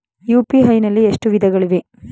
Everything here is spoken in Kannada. ಯು.ಪಿ.ಐ ನಲ್ಲಿ ಎಷ್ಟು ವಿಧಗಳಿವೆ?